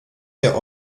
der